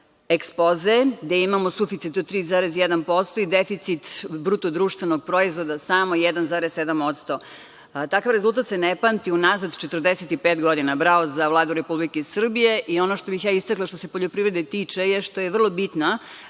ekspoze, gde imamo suficit od 3,1% i deficit BDP-a samo 1,7%. Takav rezultat ne pamti unazad 45 godina. Bravo za Vladu Republike Srbije. Ono što bih ja istakla što se poljoprivrede tiče, a što je vrlo bitno,